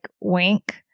wink